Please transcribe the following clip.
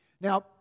Now